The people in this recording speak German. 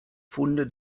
funde